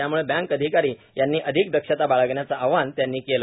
त्यामुळे बँक अधिकारी यांनी अधिक दक्षता बाळगण्याचे आवाहन त्यांनी केले